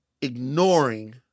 ignoring